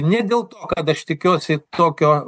ne dėl to kad aš tikiuosi tokio